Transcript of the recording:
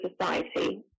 society